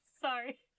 Sorry